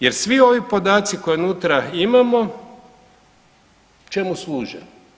Jer svi ovi podaci koje unutra imamo čemu služe?